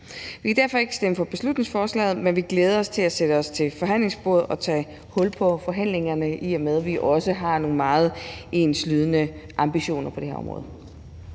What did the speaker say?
Vi kan derfor ikke stemme for beslutningsforslaget, men vi glæder os til at sætte os ved forhandlingsbordet og tage hul på forhandlingerne, i og med at vi også har nogle meget enslydende ambitioner på det her område.